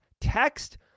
Text